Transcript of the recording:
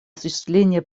осуществления